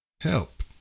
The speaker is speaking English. help